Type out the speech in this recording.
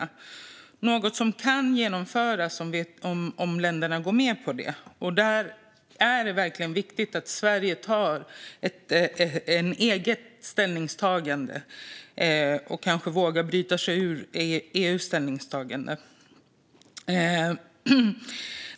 Det är något som kan genomföras om länderna går med på det. Där är det verkligen viktigt att Sverige gör ett eget ställningstagande och kanske vågar bryta sig ur EU:s ställningstagande.